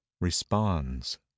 responds